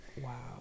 wow